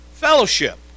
Fellowship